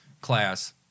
class